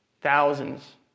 thousands